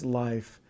life